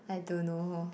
I don't know